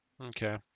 Okay